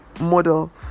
model